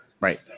right